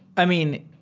i mean,